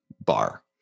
bar